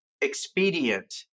expedient